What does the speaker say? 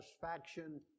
satisfaction